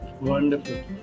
Wonderful